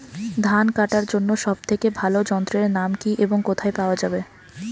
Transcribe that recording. ধান কাটার জন্য সব থেকে ভালো যন্ত্রের নাম কি এবং কোথায় পাওয়া যাবে?